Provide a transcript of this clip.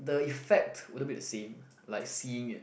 the effect would it be the same like seeing it